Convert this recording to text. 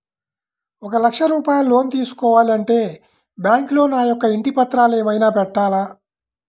ఒక లక్ష రూపాయలు లోన్ తీసుకోవాలి అంటే బ్యాంకులో నా యొక్క ఇంటి పత్రాలు ఏమైనా పెట్టాలా?